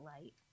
light